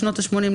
בשנות ה-80,